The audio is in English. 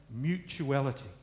mutuality